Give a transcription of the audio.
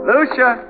Lucia